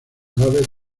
aves